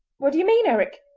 what do you mean, eric?